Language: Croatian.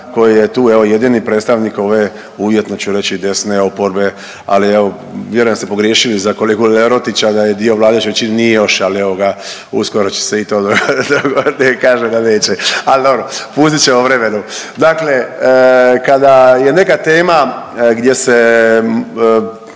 koji je tu evo jedini predstavnik ove uvjetno ću reći desne oporbe, ali evo vjerujem da ste pogriješili za kolegu Lerotića da je dio vladajuće većine. Nije još, ali evo ga uskoro će se i to dogoditi. Kaže da neće! Ali dobro, pustit ćemo vremenu. Dakle, kada je neka tema gdje će